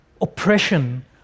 Oppression